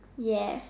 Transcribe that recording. yes